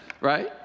right